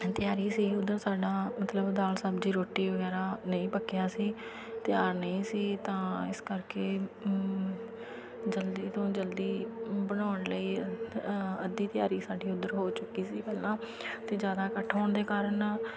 ਤਿਆਰੀ ਸੀ ਉੱਧਰ ਸਾਡਾ ਮਤਲਬ ਦਾਲ ਸਬਜ਼ੀ ਰੋਟੀ ਵਗੈਰਾ ਨਹੀਂ ਪੱਕਿਆ ਸੀ ਤਿਆਰ ਨਹੀਂ ਸੀ ਤਾਂ ਇਸ ਕਰਕੇ ਜਲਦੀ ਤੋਂ ਜਲਦੀ ਬਣਾਉਣ ਲਈ ਅੱਧੀ ਤਿਆਰੀ ਸਾਡੀ ਉੱਧਰ ਹੋ ਚੁੱਕੀ ਸੀ ਪਹਿਲਾਂ ਤਾਂ ਜ਼ਿਆਦਾ ਇਕੱਠ ਹੋਣ ਦੇ ਕਾਰਨ